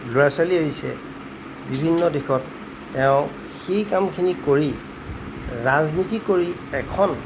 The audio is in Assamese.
ল'ৰা ছোৱালী এৰিছে বিভিন্ন দিশত তেওঁ সেই কামখিনি কৰি ৰাজনীতি কৰি এখন